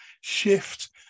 shift